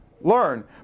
Learn